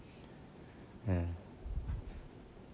hmm